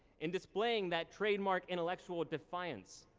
in displaying that trademark intellectual defiance,